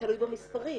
תלוי במספרים.